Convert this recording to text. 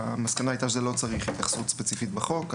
המסקנה הייתה שלא צריך התייחסות ספציפית בחוק.